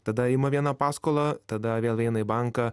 tada ima vieną paskolą tada vėl eina į banką